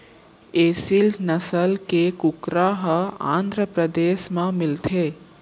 एसील नसल के कुकरा ह आंध्रपरदेस म मिलथे